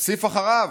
הוסיף אחריו: